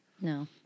No